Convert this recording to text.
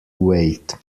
wait